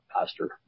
Pastor